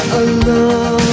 alone